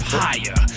higher